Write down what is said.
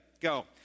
Go